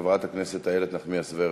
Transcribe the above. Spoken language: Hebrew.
חברת הכנסת איילת נחמיאס ורבין,